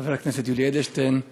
חבר הכנסת יולי אדלשטיין,